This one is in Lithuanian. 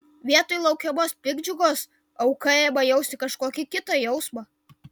vietoj laukiamos piktdžiugos auka ima jausti kažkokį kitą jausmą